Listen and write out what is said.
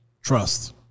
trust